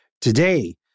today